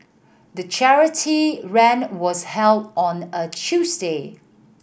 the charity run was held on a Tuesday